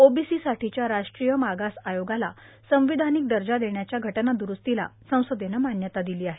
ओबीसीसाठीच्या राष्ट्रीय मागास आयोगाला संविधानिक दर्जा देण्याच्या घटना दुरूस्तीला संसदेनं मान्यता दिली आहे